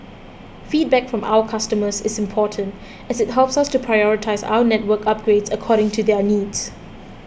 feedback from our customers is important as it helps us to prioritise our network upgrades according to their needs